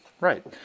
Right